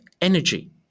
energy